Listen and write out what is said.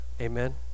amen